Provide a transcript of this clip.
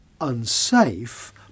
unsafe